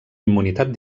immunitat